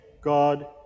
God